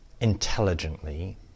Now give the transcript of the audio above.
intelligently